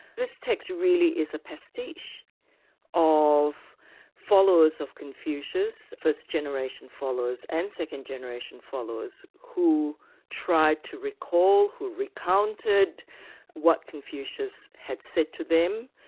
this text really is a pastiche of followers of confucius, first-generation followers, and second-generation followers, who tried to recall, who recounted what confucius had said to them.